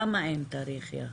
למה אין תאריך יעד?